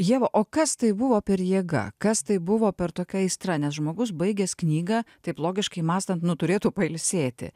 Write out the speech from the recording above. ieva o kas tai buvo per jėga kas tai buvo per tokia aistra nes žmogus baigęs knygą taip logiškai mąstant nu turėtų pailsėti